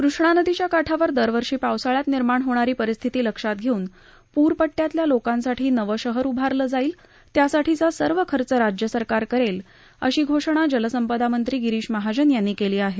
कृष्णा नदीच्या काठावर दरवर्षी पावसाळ्यात निर्माण होणारी परिस्थिती लक्षात घेऊन प्र पट्ट्यातल्या लोकांसाठी नवं शहर उभारलं जाईल त्यासाठीचा सर्व खर्च राज्य सरकार करेल अशी घोषणा जलसंपदा मंत्री गिरीश महाजन यांनी केली आहे